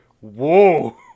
Whoa